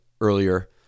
earlier